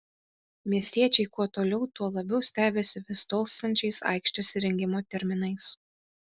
miestiečiai kuo toliau tuo labiau stebisi vis tolstančiais aikštės įrengimo terminais